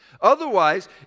Otherwise